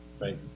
Right